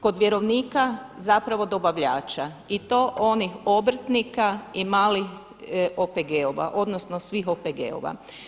Kod vjerovnika, zapravo dobavljača i to onih obrtnika i malih OPG-ova, odnosno svih OPG-ova.